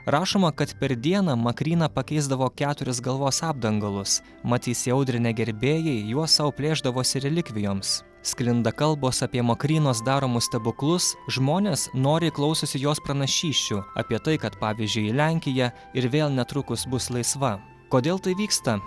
rašoma kad per dieną makryna pakeisdavo keturis galvos apdangalus mat įsiaudrinę gerbėjai juos sau plėšdavosi relikvijoms sklinda kalbos apie makrynos daromus stebuklus žmonės noriai klausosi jos pranašysčių apie tai kad pavyzdžiui lenkija ir vėl netrukus bus laisva kodėl tai vyksta